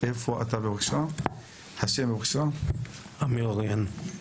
עמיר אריהן,